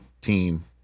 team